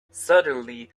suddenly